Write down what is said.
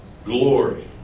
glory